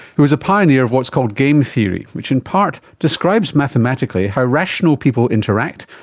he was a pioneer of what's called game theory, which in part describes mathematically how rational people interact,